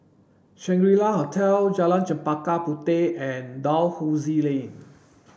Shangri La Hotel Jalan Chempaka Puteh and Dalhousie Lane